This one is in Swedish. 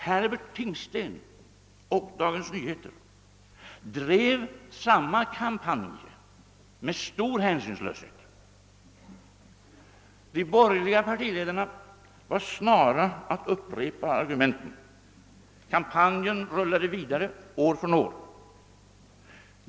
Herbert Tingsten och Dagens Nyheter drev samma kampanj med stor hänsynslöshet. De borgerliga partiledarna var snara att upprepa argumenten. Kampanjen rullade vidare år från år.